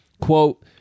quote